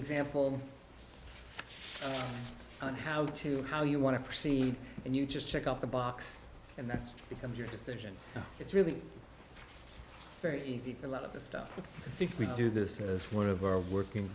example on how to how you want to proceed and you just check off the box and that's become your decision it's really very easy for a lot of the stuff i think we do this as one of our working